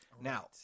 Now